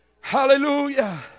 Hallelujah